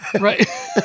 Right